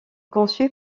conçu